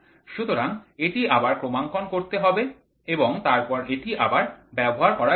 সুতরাং এটি আবার ক্রমাঙ্কন করতে হবে এবং তারপরে এটি আবার ব্যবহার করা যাবে